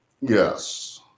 Yes